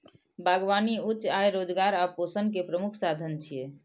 बागबानी उच्च आय, रोजगार आ पोषण के प्रमुख साधन छियै